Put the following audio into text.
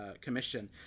commission